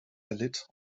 erlitt